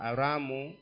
Aramu